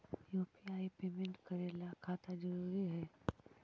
UPI payment करे ला खाता जरूरी है?